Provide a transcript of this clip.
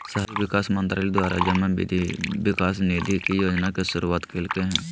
शहरी विकास मंत्रालय द्वारा जमा वित्त विकास निधि योजना के शुरुआत कल्कैय हइ